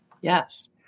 Yes